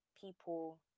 people